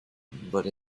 but